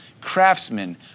craftsmen